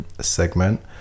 segment